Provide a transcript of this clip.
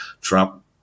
Trump